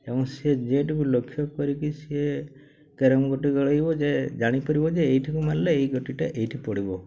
ଏବଂ ସିଏ ଯିଏଠୁକୁ ଲକ୍ଷ୍ୟ କରିକି ସିଏ କ୍ୟାରମ୍ ଗୋଟିଏ ଗଳେଇବ ଯେ ଜାଣିପାରିବ ଯେ ଏଇଠିକୁ ମାରିଲେ ଏଇ ଗୋଟିଟା ଏଇଠି ପଡ଼ିବ